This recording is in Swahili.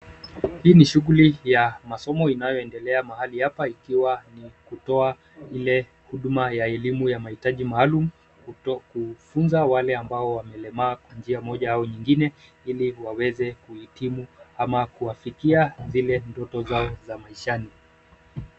Hii ni shughuli ya masomo inayoendelea mahali hapa ikiwa ni kutoa ile huduma ya elimu ya maitaji maalum ,kutunza wale ambao wamelemaa kwa njia moja au nyingine ,ili waweze kuhitimu ama kuwafikia zile ndoto zao za maishani.